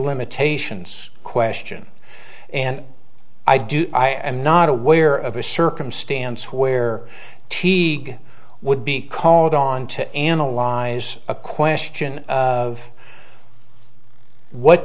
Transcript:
limitations question and i do i am not aware of a circumstance where t would be called on to analyze a question of what